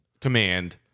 command